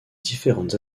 différentes